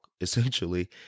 essentially